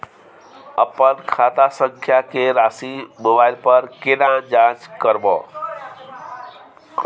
अपन खाता संख्या के राशि मोबाइल पर केना जाँच करब?